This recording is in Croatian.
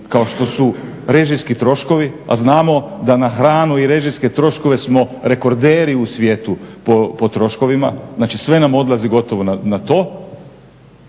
kao što su režijski troškovi, a znamo da na hranu i režijske troškove smo rekorderi u svijetu po troškovima, znači sve nam odlazi gotovo na to.